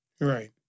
right